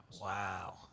wow